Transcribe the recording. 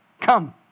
come